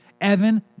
Evan